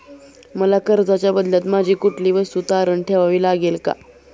मला कर्जाच्या बदल्यात माझी कुठली वस्तू तारण ठेवावी लागेल का?